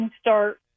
start